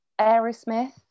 Aerosmith